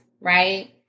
right